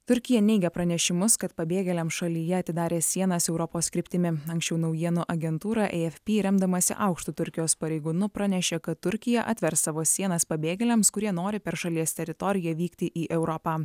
turkija neigia pranešimus kad pabėgėliams šalyje atidarė sienas europos kryptimi anksčiau naujienų agentūra afp remdamasi aukštu turkijos pareigūnu pranešė kad turkija atvers savo sienas pabėgėliams kurie nori per šalies teritoriją vykti į europą